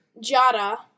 Jada